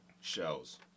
shells